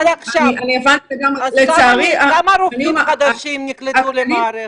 כמה רופאים חדשים נקלטו למערכת?